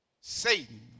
Satan